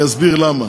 אסביר למה.